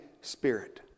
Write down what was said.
Spirit